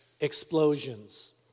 explosions